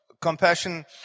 Compassion